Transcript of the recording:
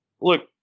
look